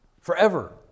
forever